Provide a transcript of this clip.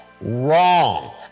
Wrong